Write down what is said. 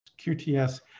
QTS